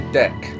deck